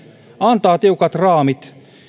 antavat tiukat raamit